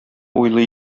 уйлый